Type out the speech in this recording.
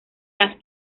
las